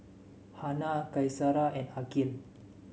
Hana Qaisara and Aqil